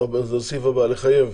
הסעיף הבא, לחייב